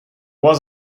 was